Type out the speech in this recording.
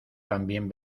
también